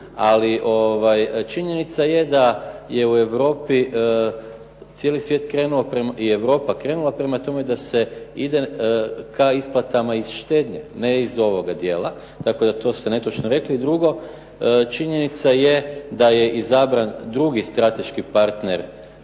ali činjenica je da u je u Europi cijeli svijet krenuo, i Europa krenula prema tome da se ide ka isplatama iz štednje, ne iz ovoga dijela, tako da to ste netočno rekli. I drugo, činjenica je da je izabran drugi strateški partner